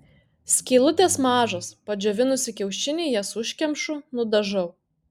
skylutės mažos padžiovinusi kiaušinį jas užkemšu nudažau